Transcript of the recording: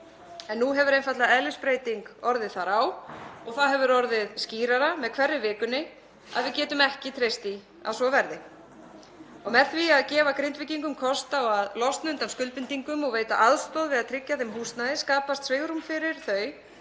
en nú hefur einfaldlega eðlisbreyting orðið þar á og það hefur orðið skýrara með hverri vikunni að við getum ekki treyst því að svo verði. Með því að gefa Grindvíkingum kost á að losna undan skuldbindingum og veita aðstoð við að tryggja þeim húsnæði skapast svigrúm fyrir þau